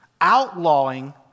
outlawing